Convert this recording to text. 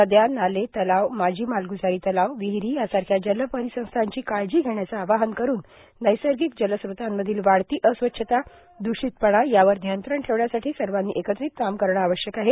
नद्या नाले तलाव माजी मालग्जारी तलाव विहिरी यासारख्या जलपरिसंस्थाची काळजी घेण्याच आवाहन करुन नैसर्गिक जलस्त्रोतांमधील वाढती अस्वच्छता दूशितपणा यावर नियंत्रण ठेवण्यासाठी सर्वांनी एकत्रित काम करण आवश्यक आहे